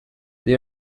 they